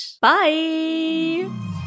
Bye